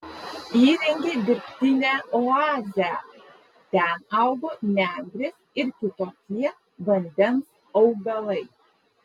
įrengė dirbtinę oazę ten augo nendrės ir kitokie vandens augalai